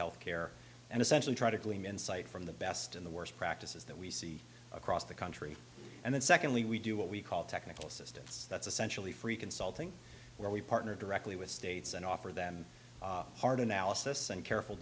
health care and essentially try to gleam in sight from the best in the worst practices that we see across the country and then secondly we do what we call technical assistance that's essentially free consulting where we partner directly with states and offer them hard analysis and careful